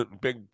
big